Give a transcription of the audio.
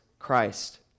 Christ